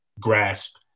grasp